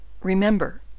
remember